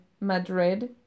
Madrid